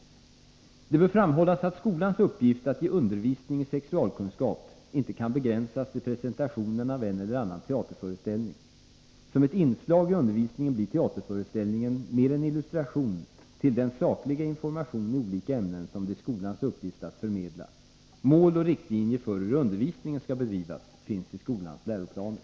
Det bör framhållas att skolans uppgift att ge undervisning i sexualkunskap inte kan begränsas till presentationen av en eller annan teaterföreställning. Som ett inslag i undervisningen blir teaterföreställningen mer en illustration till den sakliga information i olika ämnen som det är skolans uppgift att förmedla. Mål och riktlinjer för hur undervisningen skall bedrivas finns i skolans läroplaner.